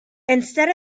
instead